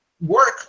work